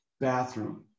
bathroom